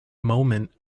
moment